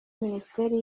minisiteri